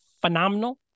phenomenal